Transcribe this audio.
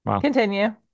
Continue